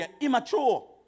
immature